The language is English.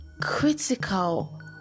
critical